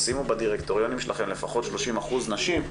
שימו בדירקטוריונים שלכן לפחות 30% נשים,